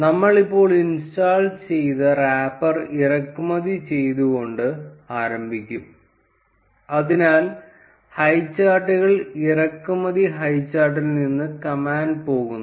നമ്മൾ ഇപ്പോൾ ഇൻസ്റ്റാൾ ചെയ്ത റാപ്പർ ഇറക്കുമതി ചെയ്തുകൊണ്ട് ആരംഭിക്കും അതിനാൽ ഹൈചാർട്ടുകൾ ഇറക്കുമതി ഹൈചാർട്ടിൽ നിന്ന് കമാൻഡ് പോകുന്നു